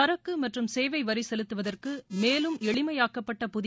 சரக்கு மற்றும் சேவை வரி செலுத்துவதற்கு மேலும் எளிமையாக்கப்பட்ட புதிய